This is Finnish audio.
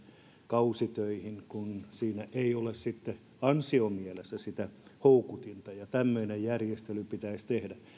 kausitöihin kun siinä ei ole sitten ansiomielessä sitä houkutinta tämmöinen järjestely pitäisi tehdä